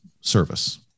service